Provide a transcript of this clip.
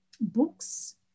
books